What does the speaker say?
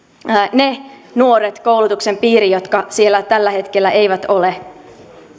ne nuoret koulutuksen piiriin jotka siellä tällä hetkellä eivät ole